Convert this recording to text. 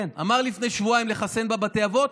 אמרו לפני שבועיים לחסן בבתי אבות,